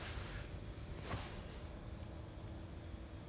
everybody just 过来 then they just eat then just go back lor